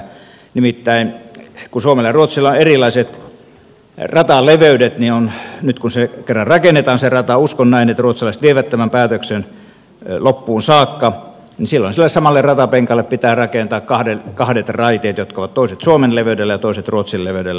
nimittäin kun suomella ja ruotsilla on erilaiset rataleveydet niin nyt kun se rata kerran rakennetaan uskon näin että ruotsalaiset vievät tämän päätöksen loppuun saakka niin silloin sille samalle ratapenkalle pitää rakentaa kahdet raiteet jotka ovat toiset suomen leveydellä ja toiset ruotsin leveydellä